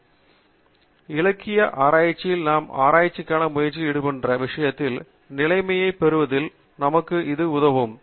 மேலும் இலக்கிய ஆராய்ச்சியில் நாம் ஆராய்ச்சிக்கான முயற்சியில் ஈடுபடுகின்ற விஷயத்தின் நிலைமையைப் பெறுவதில் நமக்கு உதவ வேண்டும்